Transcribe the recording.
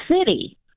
city